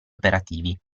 operativi